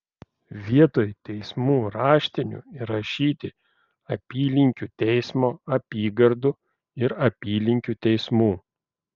vietoj teismų raštinių įrašyti apylinkių teismo apygardų ir apylinkių teismų